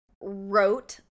wrote